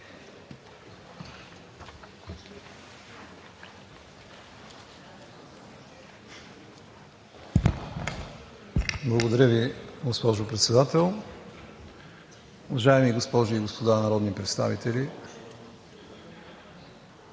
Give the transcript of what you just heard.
Благодаря Ви, госпожо Председател. Уважаеми госпожи и господа народни представители!